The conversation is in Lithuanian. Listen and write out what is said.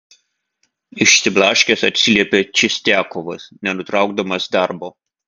išsiblaškęs atsiliepė čistiakovas nenutraukdamas darbo